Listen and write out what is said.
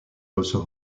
also